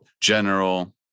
general